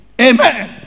Amen